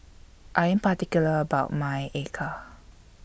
I Am particular about My Acar